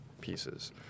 pieces